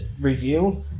review